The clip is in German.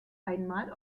einmal